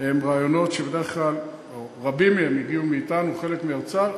הם רעיונות שבדרך כלל רבים מהם הגיעו מאתנו וחלק מהאוצר,